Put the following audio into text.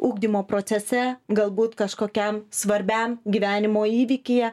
ugdymo procese galbūt kažkokiam svarbiam gyvenimo įvykyje